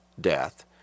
death